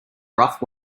rough